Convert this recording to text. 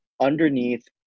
underneath